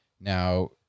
Now